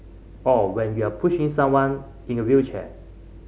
or when you're pushing someone in a wheelchair